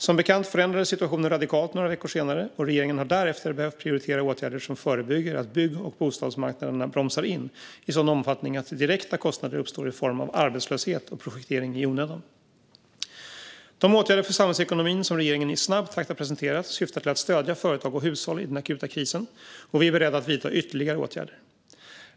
Som bekant förändrades situationen radikalt några veckor senare, och regeringen har därefter behövt prioritera åtgärder som förebygger att bygg och bostadsmarknaderna bromsar in i sådan omfattning att direkta kostnader uppstår i form av arbetslöshet och projektering i onödan. De åtgärder för samhällsekonomin som regeringen i snabb takt har presenterat syftar till att stödja företag och hushåll i den akuta krisen, och vi är beredda att vidta ytterligare åtgärder.